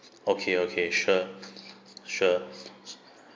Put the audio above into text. okay okay sure sure